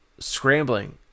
Scrambling